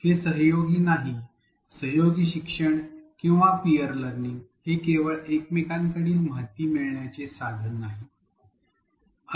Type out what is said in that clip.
हे सहयोग नाही सहयोगी शिक्षण किंवा पियर लर्निंग हे केवळ एकमेकांकडील माहिती मिळवण्याचे साधन नाही